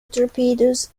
torpedoes